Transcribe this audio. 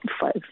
five